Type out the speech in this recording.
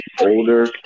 older